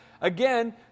again